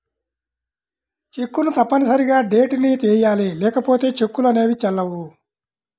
చెక్కును తప్పనిసరిగా డేట్ ని వెయ్యాలి లేకపోతే చెక్కులు అనేవి చెల్లవు